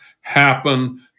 happen